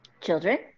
children